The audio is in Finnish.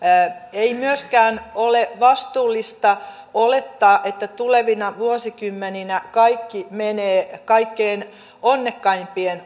ei myöskään ole vastuullista olettaa että tulevina vuosikymmeninä kaikki menee kaikkein onnekkaimpien